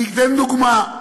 אני אתן דוגמה: